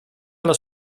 alla